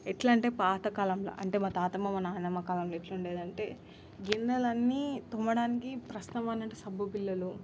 ఎట్లంటే పాతకాలంలో అంటే మా తాతమ్మ నానమ్మ కాలంలో ఎట్లుండేదంటే గిన్నెలన్నీ తోమడానికి ప్రస్తుతమంటే సబ్బు బిళ్ళలు